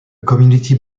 community